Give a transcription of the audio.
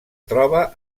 troba